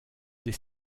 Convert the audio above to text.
des